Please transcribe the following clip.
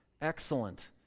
excellent